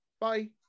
Bye